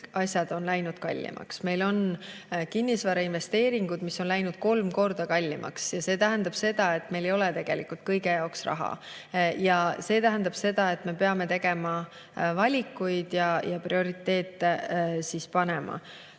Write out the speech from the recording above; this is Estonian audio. asjad on läinud kallimaks. Meil on kinnisvarainvesteeringud, mis on läinud kolm korda kallimaks. See tähendab seda, et meil ei ole tegelikult kõige jaoks raha. Ja see tähendab seda, et me peame tegema valikuid ja prioriteete seadma.